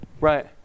Right